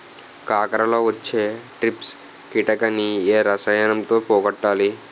కాకరలో వచ్చే ట్రిప్స్ కిటకని ఏ రసాయనంతో పోగొట్టాలి?